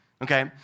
Okay